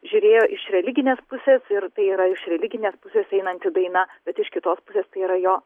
žiūrėjo iš religinės pusės ir tai yra iš religinės pusės einanti daina bet iš kitos pusės tai yra jo